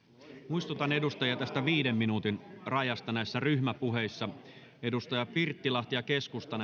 muistutan edustajia viiden minuutin rajasta näissä ryhmäpuheissa edustaja pirttilahti ja keskusta